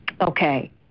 Okay